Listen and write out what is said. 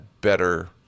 better